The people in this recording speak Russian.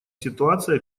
ситуации